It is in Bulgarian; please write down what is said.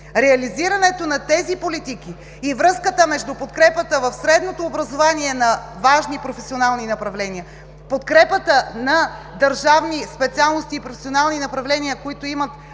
Реализирането на тези политики и връзката между подкрепата в средното образование на важни професионални направления, подкрепата на държавни специалности и професионални направления, които имат